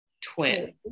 twin